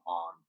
on